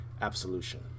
absolution